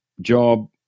Job